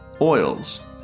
oils